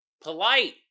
Polite